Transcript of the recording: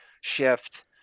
shift